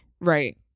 right